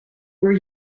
were